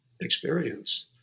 experience